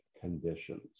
conditions